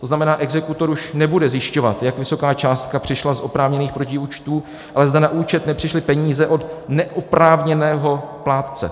To znamená, exekutor už nebude zjišťovat, jak vysoká částka přišla z oprávněných protiúčtu, ale zda na účet nepřišly peníze od neoprávněného plátce.